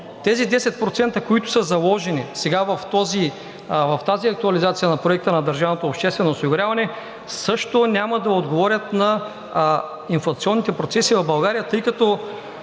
тези 10%, които са заложени в тази актуализация на бюджета на държавното обществено осигуряване, също няма да отговорят на инфлационните процеси в България, тъй като